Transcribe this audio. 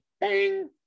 bang